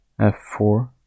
f4